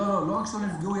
עלייה ובכל מקרה הנגב והגליל,